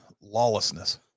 lawlessness